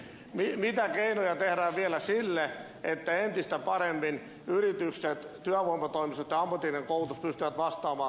mitä keinoja tehdään vielä sille että entistä paremmin yritykset työvoimatoimistot ja ammatillinen koulutus pystyvät vastaamaan tähän koulutustarpeeseen